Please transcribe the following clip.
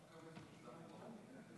שלוש דקות.